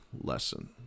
lesson